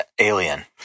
Alien